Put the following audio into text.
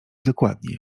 dokładnie